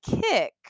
kick